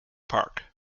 park